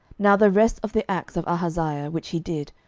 now the rest of the acts of ahaziah which he did,